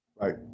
Right